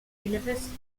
universities